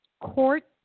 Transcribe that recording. court